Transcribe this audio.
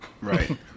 Right